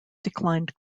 declined